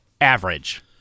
average